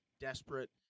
desperate